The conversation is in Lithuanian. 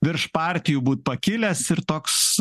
virš partijų būt pakilęs ir toks